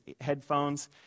headphones